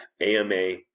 AMA